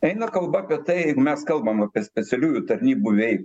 eina kalba apie tai jeigu mes kalbam apie specialiųjų tarnybų vei